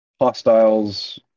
hostiles